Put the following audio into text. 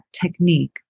technique